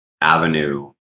avenue